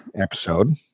episode